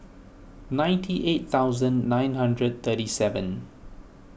ninety eight thousand nine hundred thirty seven